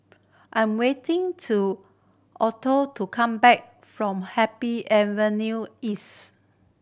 I'm waiting to Alto to come back from Happy Avenue East